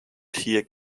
tier